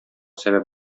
сәбәп